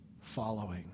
following